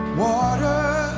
water